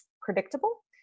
predictable